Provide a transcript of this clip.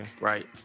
Right